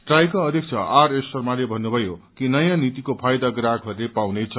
ट्राईका अध्यक्ष आरएस शर्माले भन्नुभयो कि नयाँ नीतिको फाइदा ग्राहकहरूले पाउने छन्